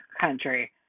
country